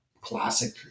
classic